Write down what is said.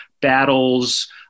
battles